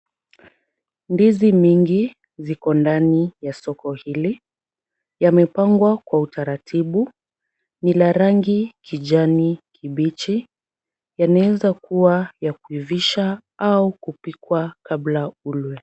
Ndizi mingi ziko ndani ya soko hili, yamepangwa kwa utaratib .Lina rangi, kijani kibichi, yanaweza kuwa ya kuivishwa au ya kupikwa kabla ulwe.